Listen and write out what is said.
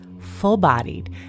full-bodied